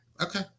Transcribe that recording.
Okay